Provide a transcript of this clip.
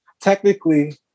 technically